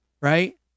right